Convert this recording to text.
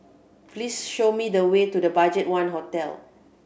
please show me the way to the BudgetOne Hotel